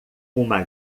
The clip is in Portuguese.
uma